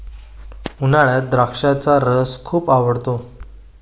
उन्हाळ्यात द्राक्षाचा रस खूप आवडतो